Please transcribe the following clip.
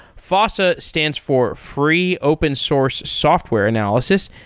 fosse ah stands for free open source software analysis.